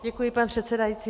Děkuji, pane předsedající.